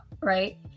right